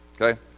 Okay